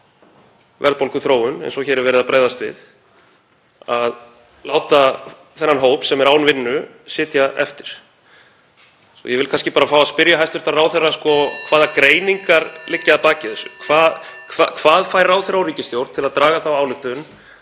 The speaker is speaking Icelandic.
verðbólguþróun eins og hér er verið að bregðast við að láta þennan hóp sem er án vinnu sitja eftir. Ég vil því kannski fá að spyrja hæstv. ráðherra (Forseti hringir.) hvaða greiningar liggi að baki þessu. Hvað fær ráðherra og ríkisstjórn til að draga þá ályktun